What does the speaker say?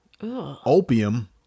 opium